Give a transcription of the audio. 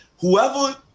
whoever